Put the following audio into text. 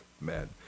men